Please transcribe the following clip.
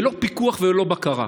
ללא פיקוח וללא בקרה.